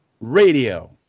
Radio